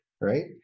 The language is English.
right